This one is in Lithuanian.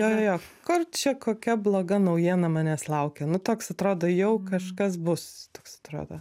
jo jo jo kur čia kokia bloga naujiena manęs laukia nu toks atrodo jau kažkas bus toks atrodo